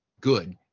good